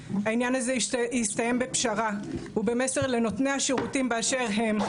העניין הזה הסתיים בפשרה ובמסר לנותני השירותים באשר הם,